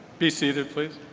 be seated, please.